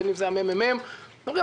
בין אם זה הממ"מ,